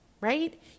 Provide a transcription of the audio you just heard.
right